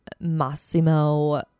Massimo